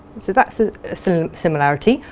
so that's a so similarity.